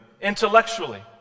intellectually